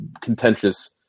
contentious